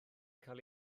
cael